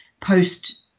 post